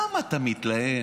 למה אתה מתלהם?